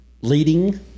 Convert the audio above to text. leading